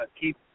keep –